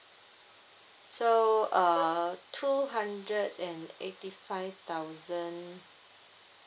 so uh two hundred and eighty five thousand